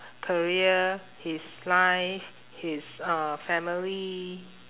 career his life his uh family